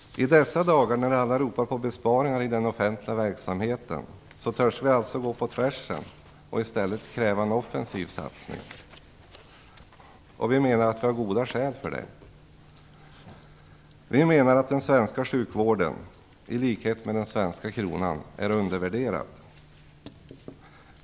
I dessa dagar, när alla ropar på besparingar i den offentliga verksamheten, törs vi alltså gå på tvärs och i stället kräva en offensiv satsning. Vi har goda skäl för det. Vi menar att den svenska sjukvården, i likhet med den svenska kronan, är undervärderad.